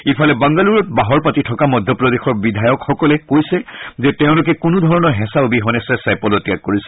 ইফালে বাংগালুৰুত বাহৰ পাতি থকা মধ্য প্ৰদেশৰ বিধায়কসকলে কৈছে যে তেওঁলোকে কোনো ধৰণৰ হেঁচা অবিহনে স্বেচ্ছাই পদত্যাগ কৰিছে